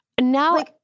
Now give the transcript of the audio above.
Now